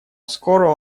скоро